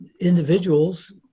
individuals